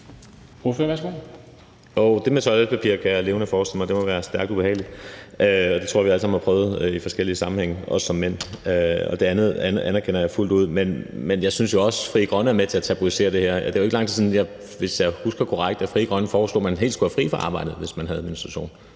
Det med toiletpapiret kan jeg levende forestille mig. Det må være stærkt ubehageligt. Det tror jeg vi alle sammen har prøvet i forskellige sammenhænge, også som mænd. Og det anerkender jeg fuldt ud. Men jeg synes jo også, at Frie Grønne er med til at tabuisere det her. Det er jo ikke lang tid siden – hvis jeg husker korrekt – at Frie Grønne foreslog, at man helt skulle have fri fra arbejde, hvis man havde menstruation.